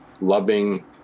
loving